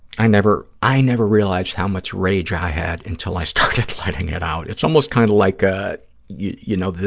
i never i never realized how much rage i had until i started letting it out. it's almost kind of like, ah you you know,